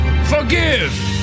Forgive